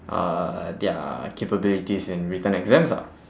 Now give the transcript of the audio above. uh their capabilities in written exams lah